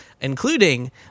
including